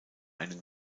einen